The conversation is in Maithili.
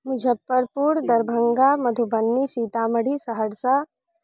मुजफ्फरपुर दरभंगा मधुबनी सीतामढ़ी सहरसा